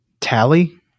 tally